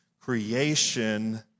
Creation